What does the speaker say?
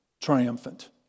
triumphant